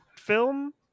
film